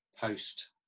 post